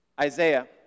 Isaiah